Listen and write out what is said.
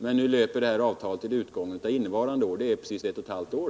Men nu löper det här avtalet till utgången av innevarande år; det blir precis ett och ett halvt år.